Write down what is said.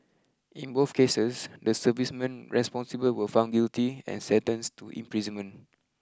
in both cases the servicemen responsible were found guilty and sentenced to imprisonment